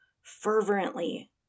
fervently